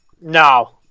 No